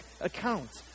account